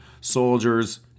soldiers